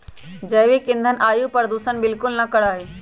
जैविक ईंधन वायु प्रदूषण बिलकुल ना करा हई